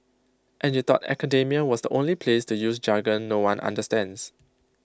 and you thought academia was the only place to use jargon no one understands